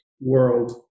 world